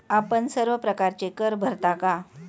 आपण सर्व प्रकारचे कर भरता का?